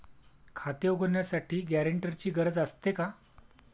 खाते उघडण्यासाठी गॅरेंटरची गरज असते का?